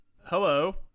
hello